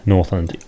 Northland